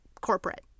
corporate